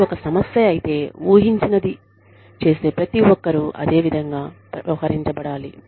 ఇది ఒక సమస్య అయితే ఊహించనిది చేసే ప్రతి ఒక్కరూ అదే విధంగా వ్యవహరించబడాలి